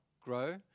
grow